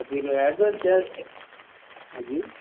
तो फिर एड्रेस जी